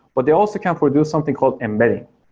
but they also can produce something called embedding,